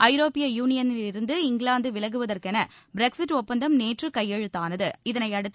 ஐரோப்பிய யூனியனிலிருந்து இங்கிலாந்து விலகுவதற்கான பிரக்ஸிட் ஒப்பந்தம் நேற்று கையெழுத்தானது இதனையடுத்து